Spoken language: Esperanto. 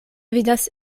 vidas